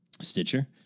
Stitcher